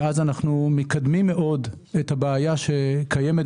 ואז אנחנו מקדמים מאוד את הבעיה שקיימת,